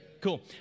Cool